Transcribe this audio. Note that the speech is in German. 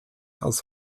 aus